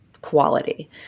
quality